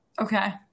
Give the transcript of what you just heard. Okay